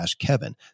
kevin